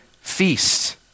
feast